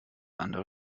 andere